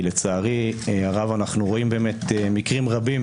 לצערי הרב אנחנו רואים באמת מקרים רבים